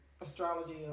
astrology